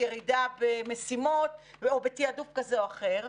ירידה במשימות או בתעדוף כזה או אחר,